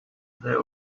they